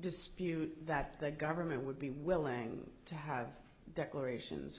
dispute that the government would be willing to have declarations